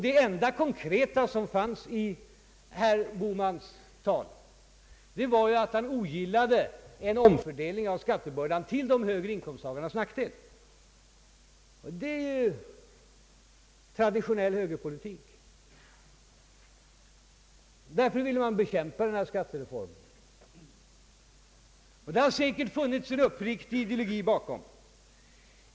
Det enda konkreta som fanns i herr Bohmans tal var ju att han ogillade en omfördelning av skattebördan till de högre inkomsttagarnas nackdel. Det är traditionell högerpolitik. Därför ville han bekämpa denna skattereform. Det har säkert funnits en uppriktig ideologi bakom.